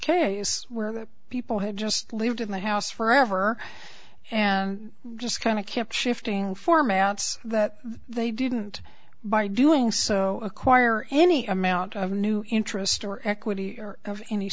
case where the people have just lived in the house forever and just kind of kept shifting formats that they didn't by doing so acquire any amount of new interest or equity or of any